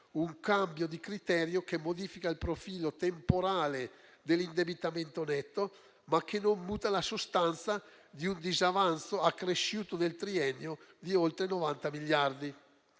un cambio di criterio che modifica il profilo temporale dell'indebitamento netto, ma che non muta la sostanza di un disavanzo accresciuto del triennio di oltre 90 miliardi.